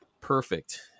perfect